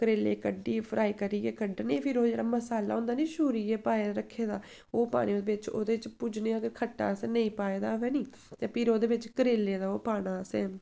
करेले कड्ढियै फ्राई करियै कड्ढने फिर ओह् जेह्ड़ा मसाला होंदा नी छूरियै पाए रक्खे दा ओह् पाने ओह्दे बिच्च ओह्दे च भुज्जने अगर खट्टा असें नेईं पाए दा होऐ निं ते फिर ओह्दे बिच्च करेले दा ओह् पाना असें